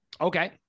Okay